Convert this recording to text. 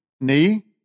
Knee